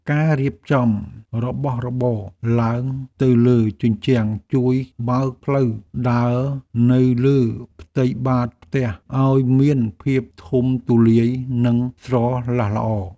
ការរៀបចំរបស់របរឡើងទៅលើជញ្ជាំងជួយបើកផ្លូវដើរនៅលើផ្ទៃបាតផ្ទះឱ្យមានភាពធំទូលាយនិងស្រឡះល្អ។